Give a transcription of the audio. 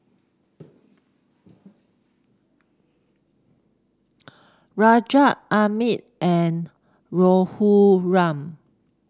Rajat Amit and Raghuram